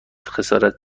خسارت